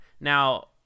now